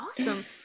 awesome